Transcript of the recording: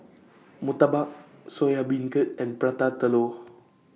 Murtabak Soya Beancurd and Prata Telur